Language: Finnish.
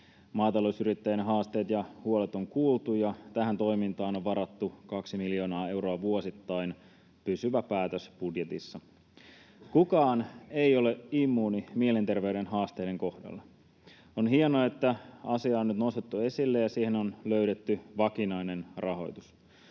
Maatalousyrittäjien haasteet ja huolet on kuultu ja tähän toimintaan on varattu kaksi miljoonaa euroa vuosittain — pysyvä päätös budjetissa. Kukaan ei ole immuuni mielenterveyden haasteiden kohdalla. On hienoa, että asia on nyt nostettu esille ja siihen on löydetty vakinainen rahoitus.